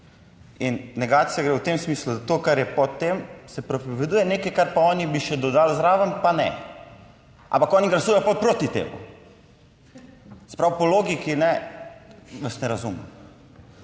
negacija gre v tem smislu, da to, kar je, po tem se prepoveduje, nekaj, kar pa oni bi še dodali zraven, pa ne, ampak oni glasujejo proti temu. Se pravi po logiki, vas ne razumem.